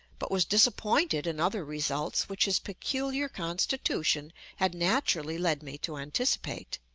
but was disappointed in other results which his peculiar constitution had naturally led me to anticipate.